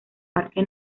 parque